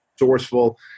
resourceful